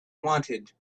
wanted